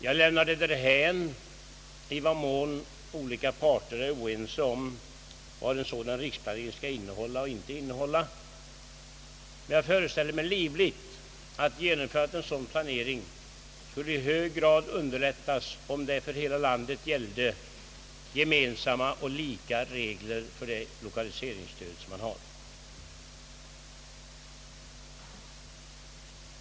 Jag lämnar det därhän i vad mån olika parter är oense om vad en sådan riksplanering skall innehålla och inte innehålla, men jag kan livligt föreställa mig att genomförandet av en sådan planering i hög grad skulle underlättas, om för hela landet gällde gemensamma regler för det lokaliseringsstöd som vi har.